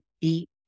eat